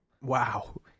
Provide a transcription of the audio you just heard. Wow